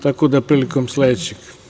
Tako da prilikom sledećeg.